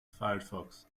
firefox